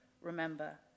remember